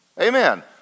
Amen